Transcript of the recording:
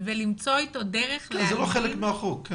ולמצוא אתו דרך להלבין